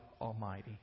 Almighty